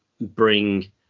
bring